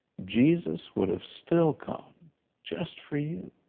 jesus would have still come just for you.